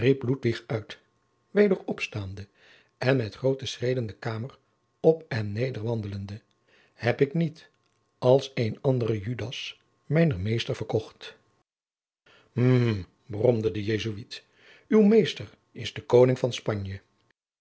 opstaande en met groote schreden de kamer op en neder wandelende heb ik niet als een andere judas mijnen meester verkocht hmmf bromde de jesuit uw meester is de koning van spanje